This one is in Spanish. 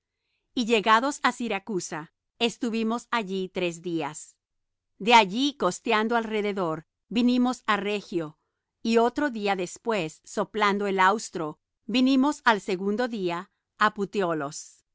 y llegados á siracusa estuvimos allí tres días de allí costeando alrededor vinimos á regio y otro día después soplando el austro vinimos al segundo día á puteolos